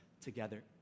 together